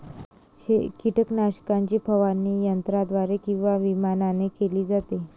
कीटकनाशकाची फवारणी यंत्राद्वारे किंवा विमानाने केली जाते